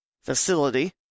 facility